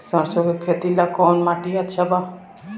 सरसों के खेती ला कवन माटी अच्छा बा?